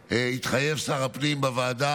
התחייב שר הפנים בוועדה,